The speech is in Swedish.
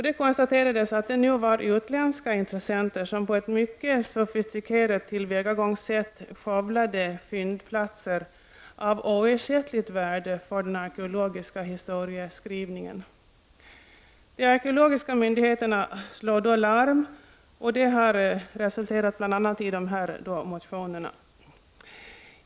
Det konstaterades att det nu var utländska intressenter, som med ett mycket sofistikerat tillvägagångssätt skövlade fyndplatser av oersättligt värde för den arkeologiska historieskrivningen. De arkeologiska myndigheterna slog då larm, vilket bl.a. har resulterat i dessa motioner.